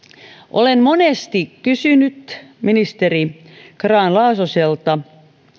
olen monesti kysynyt ministeri grahn laasoselta